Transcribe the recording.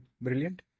brilliant